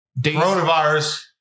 coronavirus